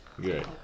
Good